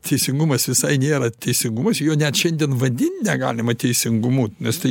teisingumas visai nėra teisingumas jo net šiandien vadint negalima teisingumu nes tai